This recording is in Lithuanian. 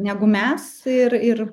negu mes ir ir